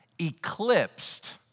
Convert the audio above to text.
eclipsed